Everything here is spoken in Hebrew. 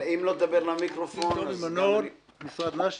משרד ---,